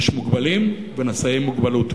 יש מוגבלים ונשאי מוגבלות.